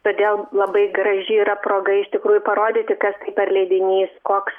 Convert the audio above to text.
todėl labai graži yra proga iš tikrųjų parodyti kas tai per leidinys koks